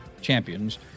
champions